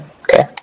Okay